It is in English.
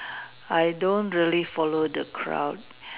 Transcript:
I don't really follow the crowd